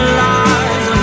lies